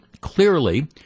clearly